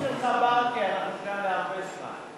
אנחנו כאן להרבה זמן.